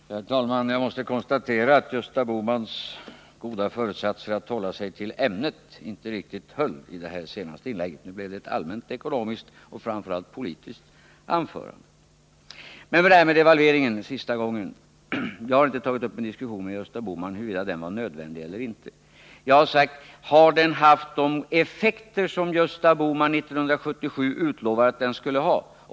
Herr talman! Jag måste konstatera att Gösta Bohmans goda föresats att hålla sig till ämnet inte riktigt höll i det senaste inlägget. Nu blev det ett allmänt ekonomiskt och framför allt politiskt anförande. För sista gången det här med devalveringen. Jag har inte tagit upp till diskussion med Gösta Bohman huruvida devalveringen var nödvändig eller inte. Jag har sagt: Har den haft de effekter som Gösta Bohman 1977 utlovade att den skulle ha?